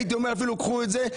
הייתי אומר: קחו את זה,